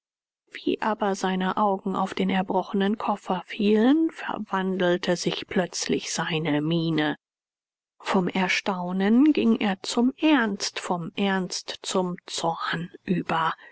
wie aber seine augen auf den erbrochenen koffer fielen verwandelte sich plötzlich seine miene vom erstaunen ging er zum ernst vom ernst zum zorn über